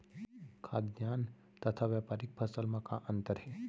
खाद्यान्न तथा व्यापारिक फसल मा का अंतर हे?